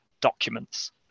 documents